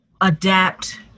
adapt